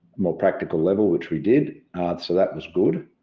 more practical level, which we did. so that was good.